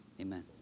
Amen